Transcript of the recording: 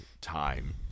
time